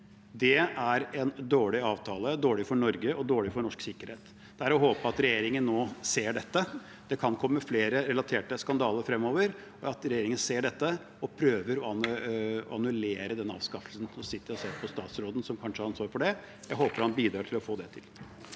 Det er en dårlig avtale, dårlig for Norge og dårlig for norsk sikkerhet. Det er å håpe at regjeringen nå ser dette – det kan komme flere relaterte skandaler fremover – og prøver å annullere denne anskaffelsen. Nå ser jeg på statsråden som kanskje har ansvaret for det. Jeg håper han bidrar til å få det til.